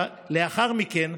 לאחר מכן,